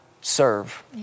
Serve